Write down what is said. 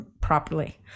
properly